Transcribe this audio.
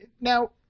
now